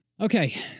Okay